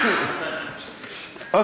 נתתי לו.